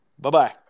Bye-bye